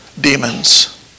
demons